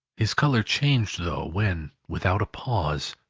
his colour changed though, when, without a pause,